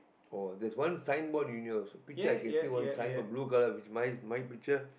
or there's one sign board unit also picture I can see one sign board blue colour which mine's my picture